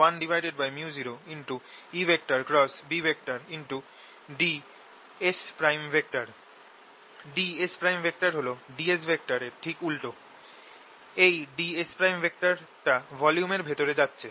ds হল ds ঠিক উল্টো এই ds টা ভলিউমের ভেতরে যাচ্ছে